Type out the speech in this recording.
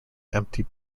empty